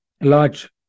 large